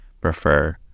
prefer